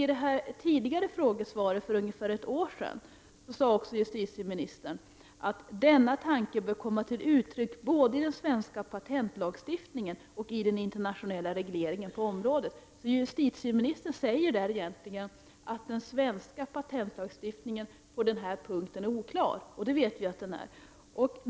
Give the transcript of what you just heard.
I det tidigare frågesvaret som lämnades för ungefär ett år sedan sade justitieministern att denna tanke bör komma till uttryck både i den svenska patentlagstiftningen och i den internationella regleringen på området. Justitieministern säger där egentligen att den svenska patentlagstiftningen på denna punkt är oklar. Det vet vi ju att den är.